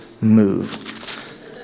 move